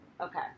Okay